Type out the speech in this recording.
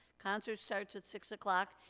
concert starts at six o'clock.